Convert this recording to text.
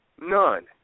None